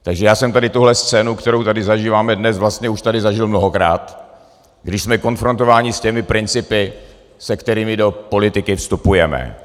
Takže já jsem tady tuhle scénu, kterou tady zažíváme dnes, vlastně už tady zažil mnohokrát, když jsme konfrontováni s těmi principy, se kterými do politiky vstupujeme.